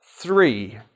three